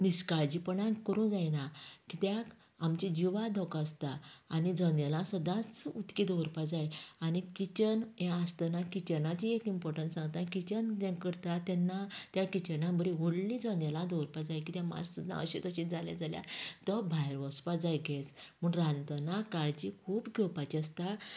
निश्काळजीपणां करूंक जायना कित्याक आमचें जिवाक धोको आसता आनी जनेलां सदांच उक्ती दवरपाक जाय आनी किचन हें आसतना किचनाची एक इम्पॉर्टंट सांगता किचन जें करतात तेन्ना त्या किचनाक बरीं व्हडलीं जनेलां दवरपाक जाय कित्याक मात सुद्दां अशें तशें जालें जाल्यार तो भायर वचपा जाय गॅस म्हूण रांदतना काळजी खूूब घेवपाची आसता